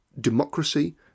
democracy